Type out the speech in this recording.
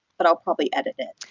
but i'll probably edit it.